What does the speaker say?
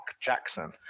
jackson